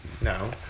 No